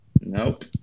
Nope